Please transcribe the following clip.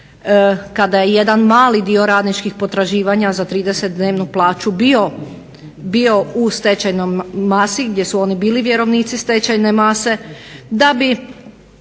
Kada je jedan mali dio radničkih potraživanja za trideset dnevnu plaću bio u stečajnoj masi gdje su oni bili vjerovnici stečajne mase, da bi